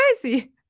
crazy